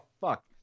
fuck